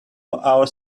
our